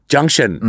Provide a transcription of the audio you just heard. Junction